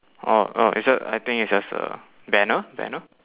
oh oh it's jus~ I think it's just a banner banner